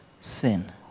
sin